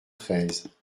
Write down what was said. treize